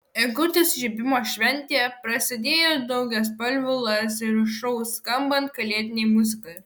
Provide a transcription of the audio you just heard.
eglutės įžiebimo šventė prasidėjo daugiaspalvių lazerių šou skambant kalėdinei muzikai